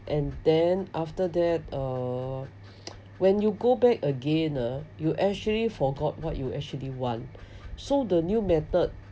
and then after that uh when you go back again ah you actually forgot what you actually want so the new method